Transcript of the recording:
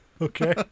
Okay